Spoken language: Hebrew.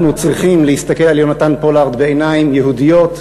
אנחנו צריכים להסתכל על יהונתן פולארד בעיניים יהודיות,